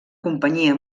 companyia